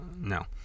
no